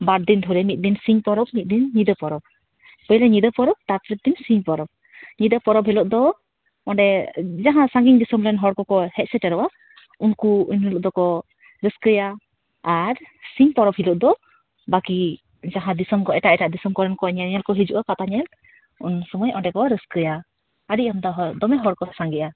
ᱵᱟᱨ ᱫᱤᱱ ᱫᱷᱚᱨᱮ ᱢᱤᱫ ᱫᱤᱱ ᱥᱤᱧ ᱯᱚᱨᱚᱵᱽ ᱢᱤᱫ ᱫᱤᱱ ᱧᱤᱫᱟᱹ ᱯᱚᱨᱚᱵᱽ ᱯᱳᱭᱞᱳ ᱧᱤᱫᱟᱹ ᱯᱚᱨᱚᱵᱽ ᱛᱟᱨ ᱯᱚᱨᱮᱨ ᱫᱤᱱ ᱥᱤᱧ ᱯᱚᱨᱚᱵᱽ ᱧᱤᱫᱟᱹ ᱯᱚᱨᱚᱵᱽ ᱦᱤᱞᱳᱜ ᱫᱚ ᱚᱸᱰᱮ ᱡᱟᱦᱟᱸ ᱥᱟᱺᱜᱤᱧ ᱫᱤᱥᱚᱢ ᱨᱮᱱ ᱦᱚᱲ ᱠᱚᱠᱚ ᱦᱮᱡ ᱥᱮᱴᱮᱨᱚᱜᱼᱟ ᱩᱱᱠᱩ ᱩᱱ ᱦᱤᱞᱳᱜ ᱫᱚᱠᱚ ᱨᱟᱹᱥᱠᱟᱹᱭᱟ ᱟᱨ ᱥᱤᱧ ᱯᱚᱨᱚᱵᱽ ᱦᱤᱞᱳᱜ ᱫᱚ ᱵᱟᱠᱤ ᱡᱟᱦᱟᱸ ᱫᱤᱥᱚᱢ ᱠᱚ ᱮᱴᱟᱜ ᱮᱴᱟᱜ ᱫᱤᱥᱚᱢ ᱠᱚᱨᱮᱱ ᱧᱮᱧᱮᱞ ᱠᱚ ᱦᱤᱡᱩᱜᱼᱟ ᱯᱟᱛᱟ ᱧᱮᱞ ᱩᱱ ᱥᱚᱢᱚᱭ ᱚᱸᱰᱮ ᱠᱚ ᱨᱟᱹᱥᱠᱟᱹᱭᱟ ᱟᱹᱰᱤ ᱟᱢᱫᱟ ᱦᱚᱲ ᱫᱚᱢᱮ ᱦᱚᱲ ᱠᱚ ᱥᱟᱸᱜᱮᱜᱼᱟ